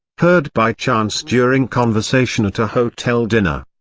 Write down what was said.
heard by chance during conversation at a hotel dinner.